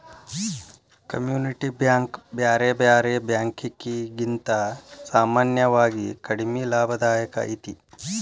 community bank ಬ್ಯಾರೆ ಬ್ಯಾರೆ ಬ್ಯಾಂಕಿಕಿಗಿಂತಾ ಸಾಮಾನ್ಯವಾಗಿ ಕಡಿಮಿ ಲಾಭದಾಯಕ ಐತಿ